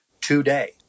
today